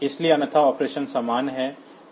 इसलिए अन्यथा ऑपरेशन समान है